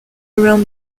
around